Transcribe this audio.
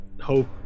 Hope